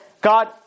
God